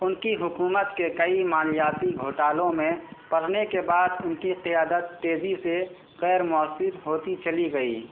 ان کی حکومت کے کئی مالیاتی گھوٹالوں میں پڑنے کے بعد ان کی قیادت تیزی سے غیرموثر ہوتی چلی گئی